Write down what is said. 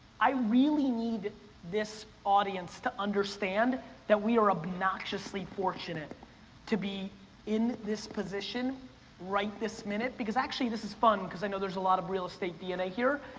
i really need this audience to understand that we are obnoxiously fortunate to be in this position right this minute, because actually this is fun because i know there's a lot of real estate dna here.